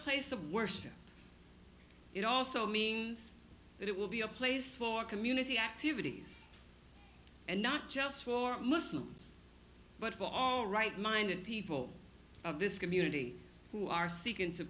place of worship it also means that it will be a place for community activities and not just for muslims but for all right minded people of this community who are seeking to